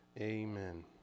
Amen